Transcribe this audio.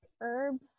herbs